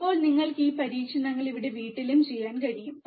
ഇപ്പോൾ നിങ്ങൾക്ക് ഈ പരീക്ഷണങ്ങൾ ഇവിടെ വീട്ടിലും ചെയ്യാൻ കഴിയും